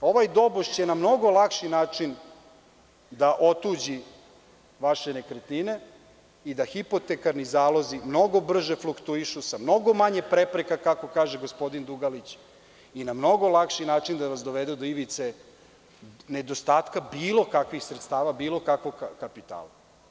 Ovaj doboš će na mnogo lakši način da otuđi vaše nekretnine i da hipotekarni zalozi mnogo brže fluktuišu sa mnogo manje prepreka, kako kaže gospodin Dugalić, i na mnogo lakši način da nas dovede do ivice nedostatka bilo kakvih sredstava, bilo kakvog kapitala.